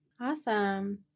Awesome